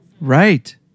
right